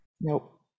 Nope